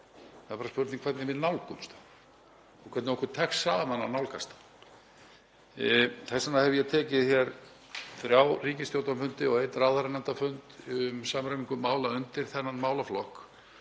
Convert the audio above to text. Það er bara spurning hvernig við nálgumst það og hvernig okkur tekst saman að nálgast það. Þess vegna hef ég tekið hér þrjá ríkisstjórnarfundi og einn ráðherranefndarfund um samræmingu mála undir þennan málaflokk